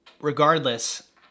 Regardless